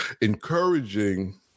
encouraging